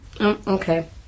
Okay